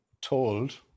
told